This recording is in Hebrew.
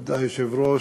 כבוד היושב-ראש,